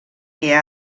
què